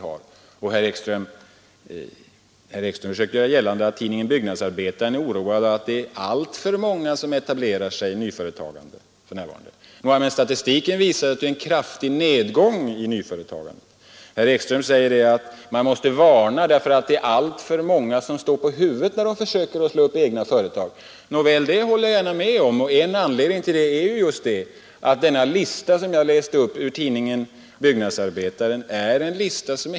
Herr Ekström försöker göra gällande att tidningen Byggnadsarbetaren är oroad av att det är alltför många som nyetablerar sig för för närvarande, men statistiken visar ju i stället en kraftig nedgång i nyföretagandet. Det är alltför många som står på huvudet, säger herr Ekström, när de försöker slå upp egna företag. Ja, det håller jag gärna med om. Men en anledning till detta är just de fakta som framgår av den lista ur tidningen Byggnadsarbetaren som jag läste upp.